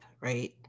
right